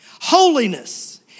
Holiness